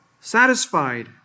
satisfied